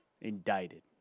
Indicted